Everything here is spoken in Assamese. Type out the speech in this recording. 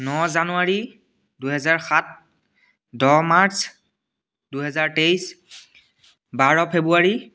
ন জানুৱাৰী দুহেজাৰ সাত দহ মাৰ্চ দুহেজাৰ তেইছ বাৰ ফেব্ৰুৱাৰী